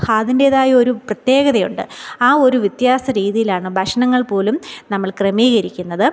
അതിൻ്റേതായൊരു പ്രത്യേകതയുണ്ട് ആ ഒരു വ്യത്യാസ രീതിയിലാണ് ഭക്ഷണങ്ങൾപോലും നമ്മൾ ക്രമീകരിക്കുന്നത്